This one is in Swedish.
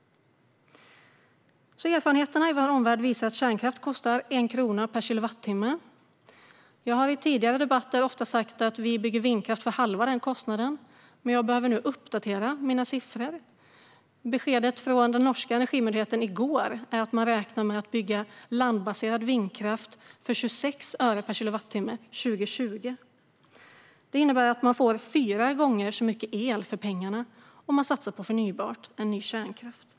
Erfarenheterna i vår omvärld visar att kärnkraft kostar 1 krona per kilowattimme. Jag har i tidigare debatter ofta sagt att vi bygger vindkraft för halva den kostnaden, men jag behöver nu uppdatera mina siffror. Beskedet från den norska energimyndigheten i går var att de räknar med att bygga landbaserad vindkraft för 26 öre per kilowattimme år 2020. Det innebär att man får fyra gånger så mycket el för pengarna om man satsar på förnybart i stället för ny kärnkraft.